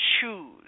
choose